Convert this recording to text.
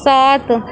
سات